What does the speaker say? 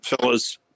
fellas